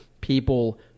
people